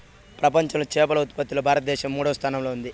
ప్రపంచంలో చేపల ఉత్పత్తిలో భారతదేశం మూడవ స్థానంలో ఉంది